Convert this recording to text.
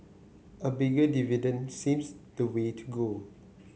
a bigger dividend seems the way to go